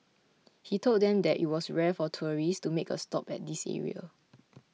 he told them that it was rare for tourists to make a stop at this area